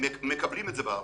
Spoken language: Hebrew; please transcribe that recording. מקבלים את זה בארץ.